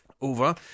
Over